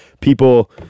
people